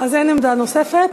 אין עמדה נוספת.